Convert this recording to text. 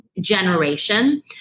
generation